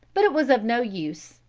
but it was of no use.